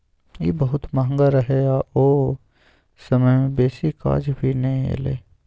ई बहुत महंगा रहे आ ओ समय में बेसी काज भी नै एले